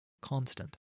constant